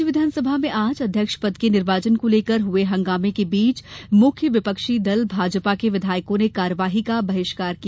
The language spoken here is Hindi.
राज्य विधानसभा में आज अध्यक्ष पद के निर्वाचन को लेकर हुए हंगामे के बीच मुख्य विपक्षी दल भाजपा के विधायकों ने कार्यवाही का बहिष्कार किया